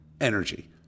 energy